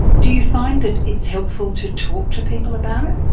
do you find that it's helpful to talk to people about it?